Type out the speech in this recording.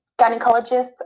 gynecologists